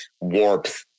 warmth